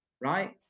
Right